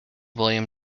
william